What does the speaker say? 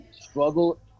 struggle